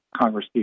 congresspeople